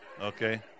Okay